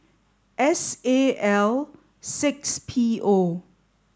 S A L six P O